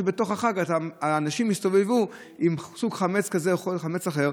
כשבתוך החג אנשים יסתובבו עם סוג של חמץ כזה או חמץ אחר.